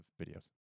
videos